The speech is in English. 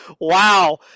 Wow